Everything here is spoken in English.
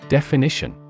Definition